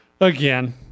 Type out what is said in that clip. again